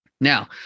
Now